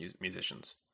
musicians